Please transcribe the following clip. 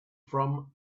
from